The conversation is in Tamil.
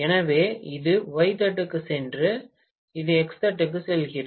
எனவே இது ஒய் தட்டுக்குச் சென்று இது எக்ஸ் தட்டுக்குச் செல்கிறது